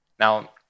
Now